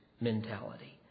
mentality